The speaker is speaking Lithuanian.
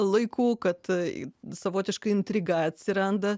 laiku kad tai savotiška intriga atsiranda